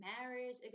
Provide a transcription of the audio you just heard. marriage